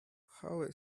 how